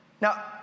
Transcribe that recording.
now